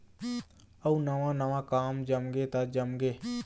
अउ नवा नवा काम जमगे त जमगे